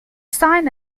sign